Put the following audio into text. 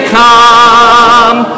come